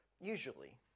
usually